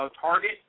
target